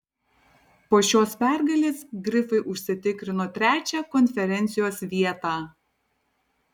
po šios pergalės grifai užsitikrino trečią konferencijos vietą